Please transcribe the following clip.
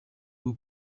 bwo